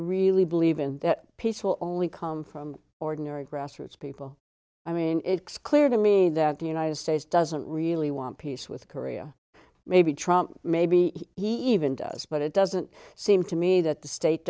really believe in that peace will only come from ordinary grassroots people i mean it's clear to me that the united states doesn't really want peace with korea maybe trump maybe even does but it doesn't seem to me that the state